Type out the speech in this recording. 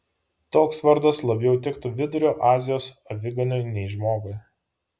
toks vardas labiau tiktų vidurio azijos aviganiui nei žmogui